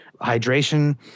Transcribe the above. hydration